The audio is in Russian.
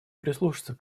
прислушаться